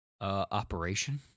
Operation